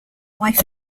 wife